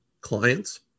clients